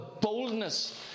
boldness